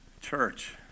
Church